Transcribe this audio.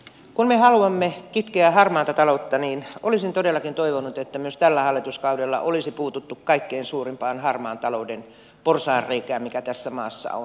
kun me haluamme kitkeä harmaata taloutta niin olisin todellakin toivonut että myös tällä hallituskaudella olisi puututtu kaikkein suurimpaan harmaan talouden porsaanreikään mikä tässä maassa on